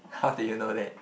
how do you know that